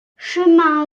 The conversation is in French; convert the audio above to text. chemin